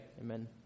amen